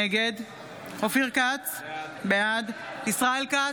נגד אופיר כץ, בעד ישראל כץ,